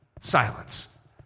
silence